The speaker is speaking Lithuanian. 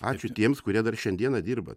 ačiū tiems kurie dar šiandieną dirba